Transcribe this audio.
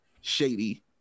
shady